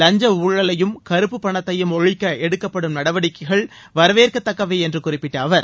வஞ்ச ஊழலையும் கறுப்புப் பணத்தையும் ஒழிக்க எடுக்கப்படும் நடவடிக்கைகள் வரவேற்கத்தக்கவை என்றும் குறிப்பிட்ட அவர்